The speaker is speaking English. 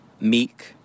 meek